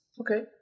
Okay